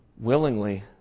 willingly